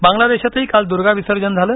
बांगला देशातही काल दूर्गा विसर्जन झालं